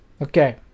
Okay